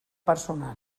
personal